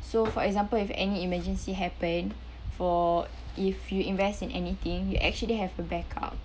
so for example if any emergency happen for if you invest in anything you actually have a backup